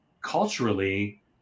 Culturally